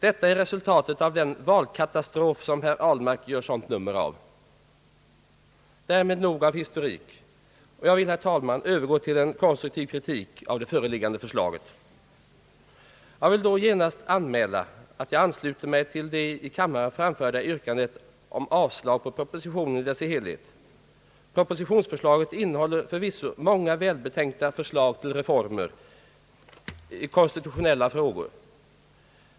Detta är resultatet av den valkatastrof som herr Ahlmark gör ett så stort nummer av. Därmed nog av historik, och jag vill, herr talman, övergå till en konstruktiv kritik av det föreliggande förslaget. Jag vill då genast anmäla att jag ansluter mig till det i kammaren framförda yrkandet om avslag på propositionen i dess helhet. Propositionsförslaget innehåller förvisso många välbetänkta förslag till reformer i konstitutionella frågor.